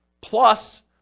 plus